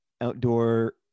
outdoor